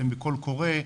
אתם בקול קורא,